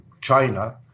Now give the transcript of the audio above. China